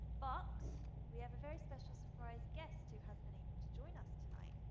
but we have a very special surprise guest who has been able to join us tonight.